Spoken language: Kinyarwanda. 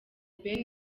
ben